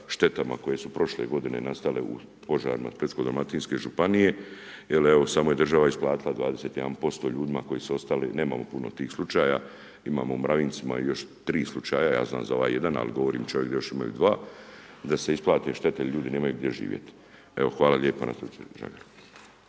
štetama koje su prošle godine nastale u požarima u Splitsko-dalmatinske županije jer evo samo je država isplatila 21% ljudima koji su ostali, nemamo puno tih slučaja, imamo u Mravinjcima i još 3 slučaja, ja znam za ovaj jedan, ali govorim da imaju još 2, da se isplate štete jer ljudi nemaju gdje živjet. Evo hvala lijepa.